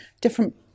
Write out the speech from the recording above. different